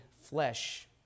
flesh